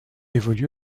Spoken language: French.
évolue